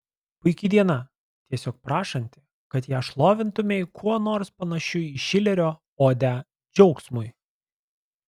puiki diena tiesiog prašanti kad ją šlovintumei kuo nors panašiu į šilerio odę džiaugsmui